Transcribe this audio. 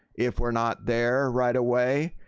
if we're not there right away.